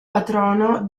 patrono